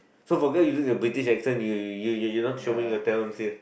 so forget using the British accent you you you wouldn't showing your talents here